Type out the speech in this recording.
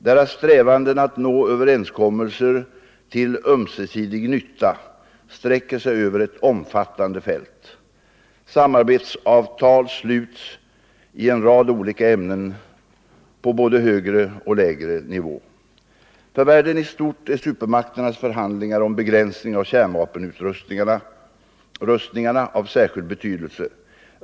Deras strävanden att nå överenskommelser till ömsesidig nytta sträcker sig över ett omfattande fält. Samarbetsavtal sluts i en rad olika ämnen på både högre och lägre nivå. För världen i stort är supermakternas förhandlingar om begränsning av kärnvapenrustningarna av särskild betydelse.